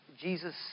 Jesus